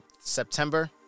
September